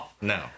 No